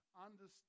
understand